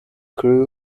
crew